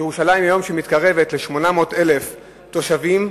וירושלים היא עיר שמתקרבת ל-800,000 תושבים,